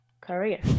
career